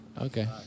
Okay